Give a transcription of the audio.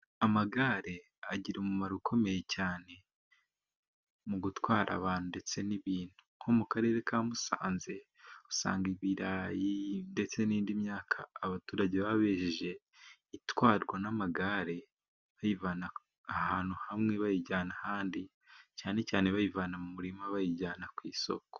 Amagare agira umumaro ukomeye cyane mu gutwara abantu ndetse n'ibintu . Nko mu karere ka Musanze usanga ibirayi ,ndetse n'indi myaka abaturage baba bejeje ,itwarwa n'amagare bayivana ahantu hamwe bayijyana ahandi, cyane cyane bayivana mu murima bayijyana ku isoko.